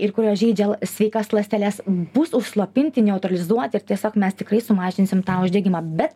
ir kurios žeidžia sveikas ląsteles bus užslopinti neutralizuoti ir tiesiog mes tikrai sumažinsim tą uždegimą bet